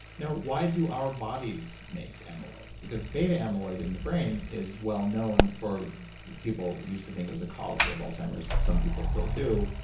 now, why do our bodies make amyloids? because beta amyloid in the brain is well known for people used to think it was the cause of alzheimer's, some people still do.